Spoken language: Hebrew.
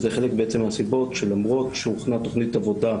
זה חלק מהסיבות שלמרות שהוכנה תכנית עבודה,